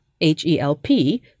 H-E-L-P